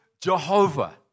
Jehovah